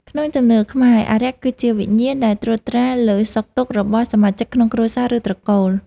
ក្នុងជំនឿខ្មែរ អារក្សគឺជាវិញ្ញាណដែលត្រួតត្រាលើសុខទុក្ខរបស់សមាជិកក្នុងគ្រួសារ ឬត្រកូល។